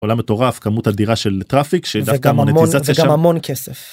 עולם מטורף כמות אדירה של טראפיק... וגם המון כסף.